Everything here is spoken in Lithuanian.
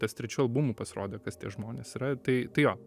ties trečiu albumu pasirodė kas tie žmonės yra tai tai jo